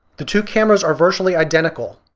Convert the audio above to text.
the two cameras are virtually identical.